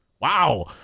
Wow